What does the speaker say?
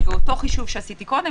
ובאותו חישוב שעשיתי קודם,